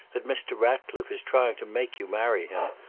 that mr. racliffe is trying to make you marry him.